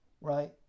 right